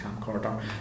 camcorder